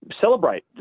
celebrate